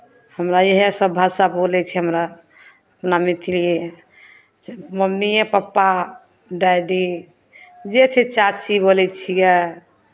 हमरा इएहसभ भाषा बोलै छै हमरा अपना मैथिलिए से मम्मिए पप्पा डैडी जे छै चाची बोलै छियै